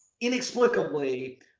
inexplicably